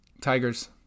Tigers